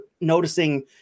noticing